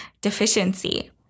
deficiency